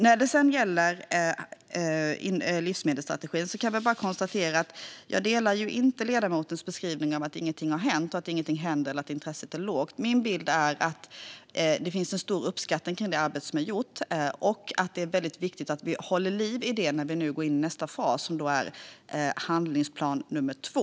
När det gäller livsmedelsstrategin kan jag konstatera att jag inte instämmer i ledamotens beskrivning, det vill säga att ingenting har hänt, att ingenting händer och att intresset är lågt. Min bild är att det finns en stor uppskattning kring det arbete som är gjort och att det är viktigt att vi håller liv i det när vi nu går in i nästa fas som är handlingsplan nummer två.